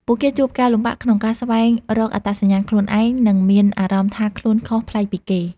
ពួកគេជួបការលំបាកក្នុងការស្វែងរកអត្តសញ្ញាណខ្លួនឯង និងមានអារម្មណ៍ថាខ្លួនខុសប្លែកពីគេ។